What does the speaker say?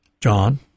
John